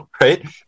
right